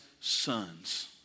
sons